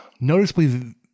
noticeably